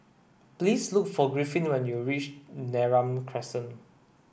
please look for Griffin when you reach Neram Crescent